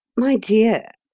my dear,